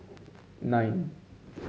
nine